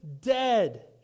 dead